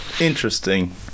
Interesting